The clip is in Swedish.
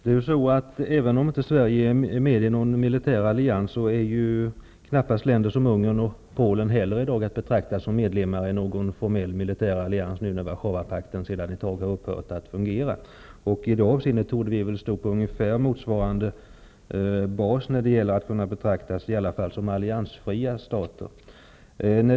Herr talman! Sverige är visserligen inte med i någon militär allians, men län der som Ungern och Polen är i dag knappast att betrakta som medlemmar i någon formell militär allians. Warszawapakten har sedan en tid tillbaka upp hört att fungera. I det avseendet torde vi väl stå på motsvarande bas när det gäller att kunna betraktas som alliansfria stater.